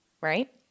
right